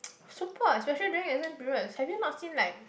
super especially during exam period have you not seen like